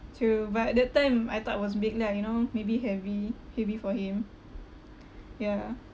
true but that time I thought I was big lah you know maybe heavy heavy for him yeah